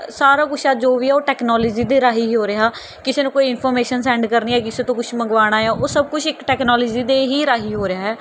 ਸਾਰਾ ਕੁਛ ਹੈ ਜੋ ਵੀ ਉਹ ਟੈਕਨੋਲੋਜੀ ਦੇ ਰਾਹੀਂ ਹੀ ਹੋ ਰਿਹਾ ਕਿਸੇ ਨੂੰ ਕੋਈ ਇਨਫੋਮੇਸ਼ਨ ਸੈਂਡ ਕਰਨੀ ਹੈ ਕਿਸੇ ਤੋਂ ਕੁਛ ਮੰਗਵਾਉਣਾ ਆ ਉਹ ਸਭ ਕੁਛ ਇੱਕ ਟੈਕਨੋਲੋਜੀ ਦੇ ਹੀ ਰਾਹੀਂ ਹੋ ਰਿਹਾ